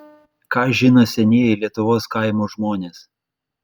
ką žino senieji lietuvos kaimo žmonės